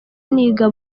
niga